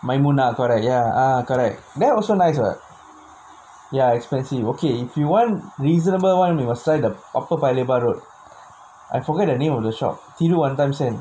maimuna correct ya correct there also nice [what] ya expensive you okay if you want reasonable you must try the upper paya lebar road I forget the name of the shop